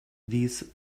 these